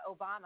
Obama